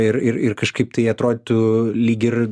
ir ir ir kažkaip tai atrodytų lyg ir